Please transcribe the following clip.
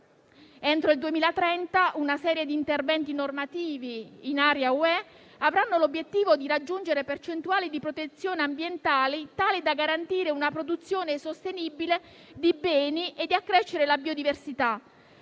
Entro il 2030 una serie di interventi normativi in area UE avranno l'obiettivo di raggiungere percentuali di protezione ambientale tali da garantire una produzione sostenibile di beni e di accrescere la biodiversità.